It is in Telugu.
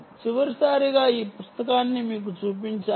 చివరిసారిగా ఈ పుస్తకాన్ని మీకు చూపించాను